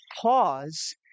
pause